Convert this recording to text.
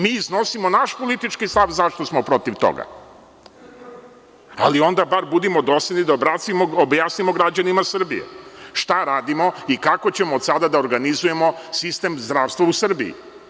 Mi iznosimo naš politički stav zašto smo protiv toga, ali onda bar budimo dosledni da objasnimo građanima Srbije, šta radimo i kako ćemo od sada da organizujemo sistem zdravstva u Srbiji.